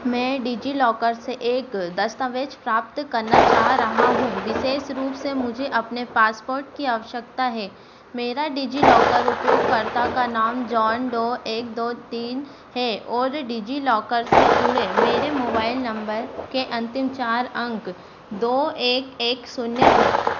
मैं डिज़िलॉकर से एक दस्तावेज़ प्राप्त करना चाह रहा हूँ विशेष रूप से मुझे अपने पासपोर्ट की आवश्यकता है मेरा डिज़िलॉकर उपयोगकर्ता का नाम जॉन डो एक दो तीन है और डिज़िलॉकर से जुड़े मेरे मोबाइल नम्बर के अन्तिम चार अंक दो एक एक शून्य है